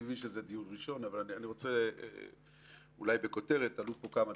אני מבין שזה דיון ראשון אבל עלו פה כמה דברים,